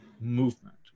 movement